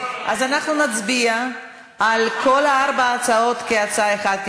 אז אנחנו נצביע על כל ארבע ההצעות כהצעה אחת,